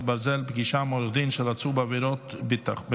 ברזל) (פגישה עם עורך דין של עצור בעבירת ביטחון),